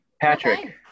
Patrick